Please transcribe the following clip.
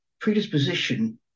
predisposition